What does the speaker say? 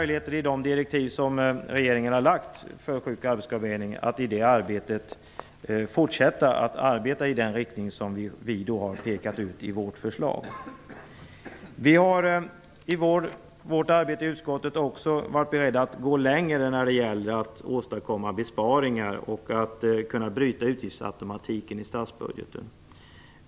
Genom de direktiv som regeringen har gett till Sjuk och arbetsskadeberedningen finns det nu möjligheter att fortsätta arbeta i den riktning som vi har pekat ut i vårt förslag. Vi har i utskottsarbetet också varit beredda att gå längre när det gäller besparingar och möjligheten att bryta utgiftsautomatiken i statsbudgeten.